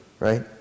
right